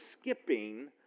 skipping